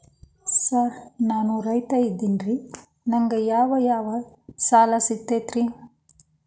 Sir ನಾನು ರೈತ ಅದೆನ್ರಿ ನನಗ ಯಾವ್ ಯಾವ್ ಸಾಲಾ ಸಿಗ್ತೈತ್ರಿ?